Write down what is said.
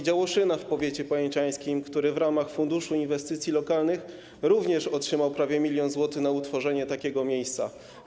Działoszyna w powiecie pajęczańskim, który w ramach funduszu inwestycji lokalnych również otrzymał prawie 1 mln zł na utworzenie takiego miejsca.